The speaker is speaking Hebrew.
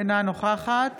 אינה נוכחת